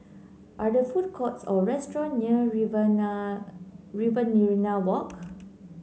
are there food courts or restaurant near Riverina Riverina Walk